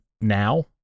now